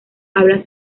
habla